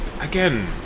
again